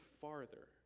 farther